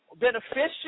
beneficial